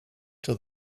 till